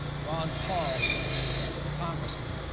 ron paul, who was, ah, who was a congressman.